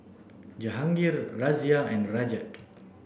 Jehangirr Razia and Rajat